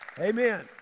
Amen